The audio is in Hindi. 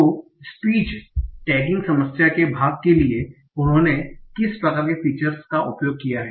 तो स्पीच टैगिंग समस्या के भाग के लिए उन्होंने किस प्रकार के फीचर्स का उपयोग किया है